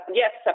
yes